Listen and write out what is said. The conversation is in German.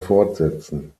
fortsetzen